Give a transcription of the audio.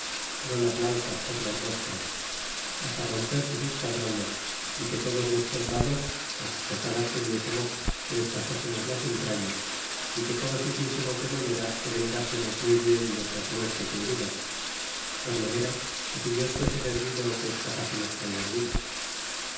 no las lanzas por los rostros hasta romper sus esquadrones y que todos los soldados las estocadas que diésemos que les pasásemos las entrañas y que todos hiciésemos de manera que vengásemos muy bien nuestras muertes y heridas por manera que si dios fuese servido que escapásemos con las vidas